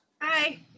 Hi